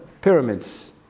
pyramids